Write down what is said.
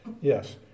yes